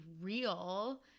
real